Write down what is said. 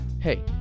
hey